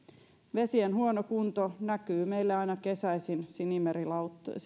vesien huono kunto näkyy meillä aina kesäisin sinilevälauttoina